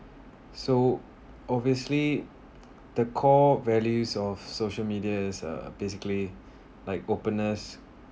so obviously the core values of social media is a basically like openness